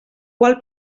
qual